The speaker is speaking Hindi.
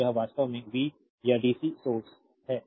तो यह वास्तव में वी या डीसी सोर्स है